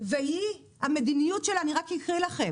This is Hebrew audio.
והיא המדיניות שלה, אני אקריא לכם,